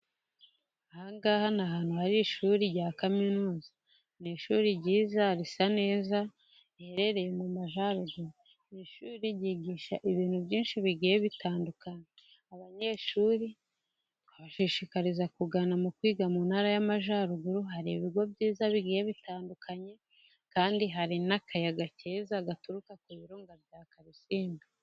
Aha ngaha ni ahantu hari ishuri rya kaminuza. Ni ishuri ryiza risa neza, riherereye mu majyaruguru. Iri shuri ryigisha ibintu byinshi bigiye bitandukanye, abanyeshuri twabashishikariza kugana mu kwiga mu Ntara y'Amajyaruguru, hari ibigo byiza bigiye bitandukanye, kandi hari n'akayaga keza gaturuka ku birunga bya Karisimbi.